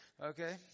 Okay